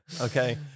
Okay